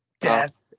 death